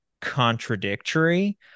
contradictory